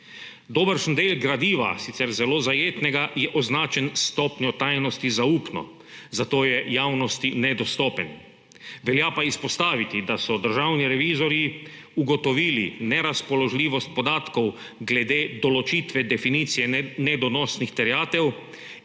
Dobršen del gradiva, sicer zelo zajetnega, je označen s stopnjo tajnosti zaupno, zato je javnosti nedostopen, velja pa izpostaviti, da so državni revizorji ugotovili nerazpoložljivost podatkov glede določitve definicije nedonosnih terjatev